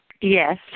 Yes